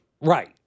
Right